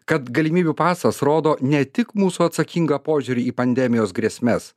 kad galimybių pasas rodo ne tik mūsų atsakingą požiūrį į pandemijos grėsmes